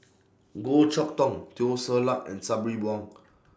Goh Chok Tong Teo Ser Luck and Sabri Buang